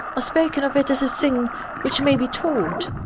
or spoken of it as a thing which may be taught.